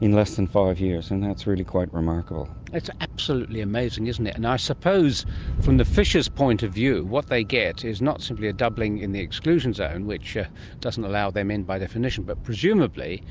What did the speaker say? in less than five years. and that's really quite remarkable. that's absolutely amazing, isn't it, and i suppose from the fishers' point of view what they get is not simply a doubling in the exclusion zone which ah doesn't allow them in by definition, but presumably